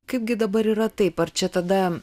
kaipgi dabar yra taip ar čia tada